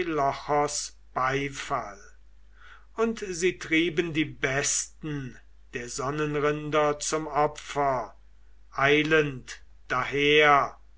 und sie trieben die besten der sonnenrinder zum opfer eilend daher